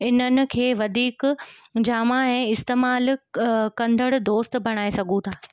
इन्हनि खे वधीक जाम ऐं इस्तेमालु कंदड़ु दोस्त बणाए सघू था